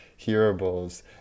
hearables